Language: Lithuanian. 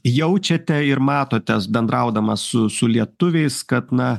jaučiate ir matotės bendraudamas su su lietuviais kad na